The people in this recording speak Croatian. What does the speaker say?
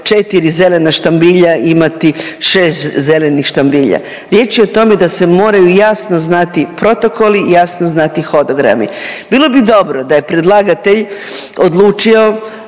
četiri zelena štambilja imati zelenih štambilja riječ je o tome da se moraju jasno znati protokoli i jasno znati hodogrami. Bilo bi dobro da je predlagatelj odlučio